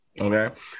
okay